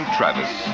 Travis